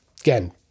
Again